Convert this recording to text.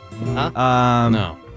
No